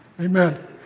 Amen